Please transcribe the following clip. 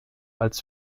als